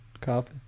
Coffee